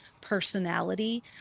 personality